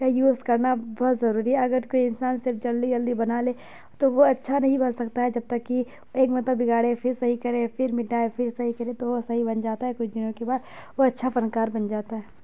کا یوز کرنا بہت ضروری ہے اگر کوئی انسان صرف جلدی جلدی بنا لے تو وہ اچھا نہیں بن سکتا ہے جب تک کہ ایک مرتبہ بگاڑے پھر صحیح کرے پھر مٹائے پھر صحیح کرے تو وہ صحیح بن جاتا ہے کچھ دنوں کے بعد وہ اچھا فنکار بن جاتا ہے